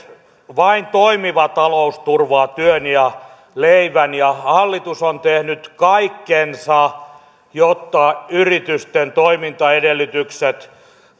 vain toimiva talous turvaa työn ja leivän ja hallitus on tehnyt kaikkensa jotta yritysten toimintaedellytykset